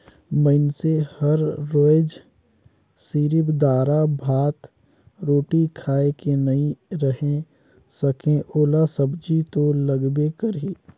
मइनसे हर रोयज सिरिफ दारा, भात, रोटी खाए के नइ रहें सके ओला सब्जी तो लगबे करही